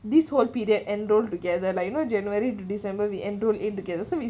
this will be that enrol together like you know january to december we enrol in together so we